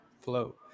Flow